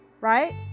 right